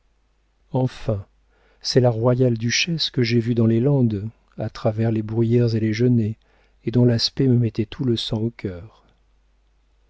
enfin c'est la royale duchesse que j'ai vue dans les landes à travers les bruyères et les genêts et dont l'aspect me mettait tout le sang au cœur